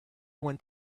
went